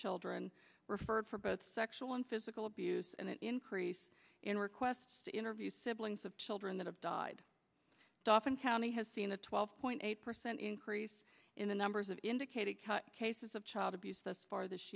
children referred for both sexual and physical abuse and an increase in requests to interview siblings of children that have died often county has seen a twelve point eight percent increase in the numbers of indicated cases of child abuse thus far this